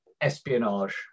espionage